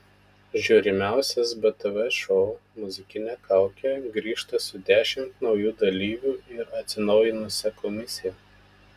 žiūrimiausias btv šou muzikinė kaukė grįžta su dešimt naujų dalyvių ir atsinaujinusia komisija